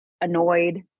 annoyed